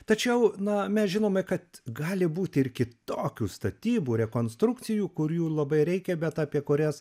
tačiau na mes žinome kad gali būti ir kitokių statybų rekonstrukcijų kurių labai reikia bet apie kurias